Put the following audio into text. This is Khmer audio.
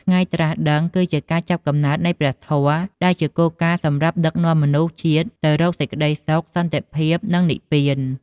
ថ្ងៃត្រាស់ដឹង គឺជាការចាប់កំណើតនៃព្រះធម៌ ដែលជាគោលការណ៍សម្រាប់ដឹកនាំមនុស្សជាតិទៅរកសេចក្ដីសុខ សន្តិភាព និងនិព្វាន។